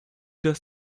dass